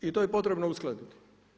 I to je potrebno uskladiti.